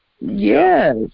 Yes